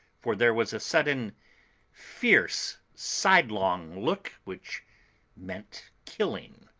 for there was a sudden fierce, sidelong look which meant killing.